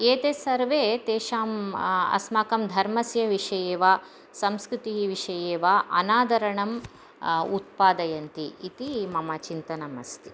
एते सर्वे तेषाम् अस्माकं धर्मस्य विषये वा संस्कृतिविषये वा अनादरं उत्पादयन्ति इति मम चिन्तनम् अस्ति